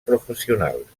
professionals